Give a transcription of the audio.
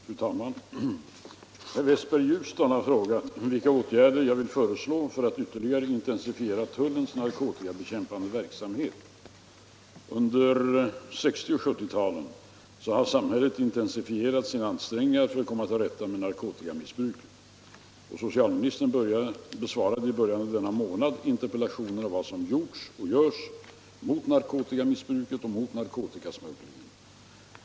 Fru talman! Herr Westberg i Ljusdal har frågat mig vilka åtgärder som jag vill föreslå för att ytterligare intensifiera tullens narkotikabekämpande verksamhet. Under 1960 och 1970-talen har samhället intensifierat sina ansträngningar för att komma till rätta med narkotikamissbruket. Socialministern besvarade i början av denna månad interpellationer om vad som gjorts och görs mot narkotikamissbruket och mot narkotikasmugglingen.